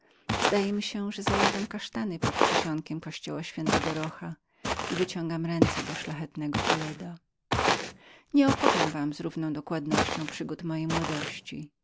zdaje mi się że zajadam kasztany pod przysionkiem kościoła ś rocha i wyciągam ręce do szlachetnego toleda nie opowiem wam z równą dokładnością przygód mojej młodości